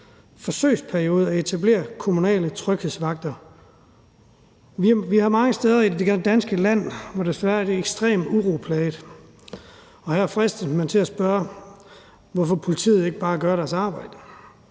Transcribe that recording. forsøgsperiode kan etablere kommunale tryghedsvagter. Vi har mange steder i det danske land, der desværre er ekstremt uroplaget, og her fristes man til at spørge, hvorfor politiet ikke bare gør deres arbejde.